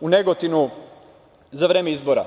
u Negotinu za vreme izbora.